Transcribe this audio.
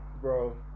bro